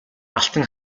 алтан